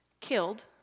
killed